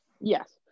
Yes